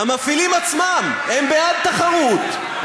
המפעילים עצמם בעד תחרות.